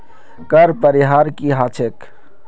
कर परिहार की ह छेक